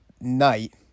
night